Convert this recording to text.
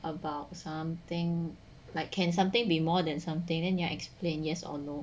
about something like can something be more than something then 你要 explain yes or no